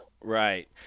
right